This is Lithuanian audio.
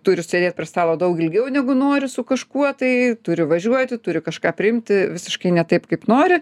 turi sėdėt prie stalo daug ilgiau negu nori su kažkuo tai turi važiuoti turi kažką priimti visiškai ne taip kaip nori